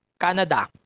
Canada